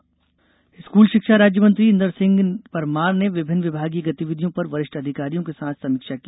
school शिक्षा समीक्षा school शिक्षा राज्य मंत्री इंदर सिंह परमार ने विभिन्न विभागीय गतिविधियों पर वरिष्ठ अधिकारियों के साथ समीक्षा की